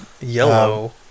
Yellow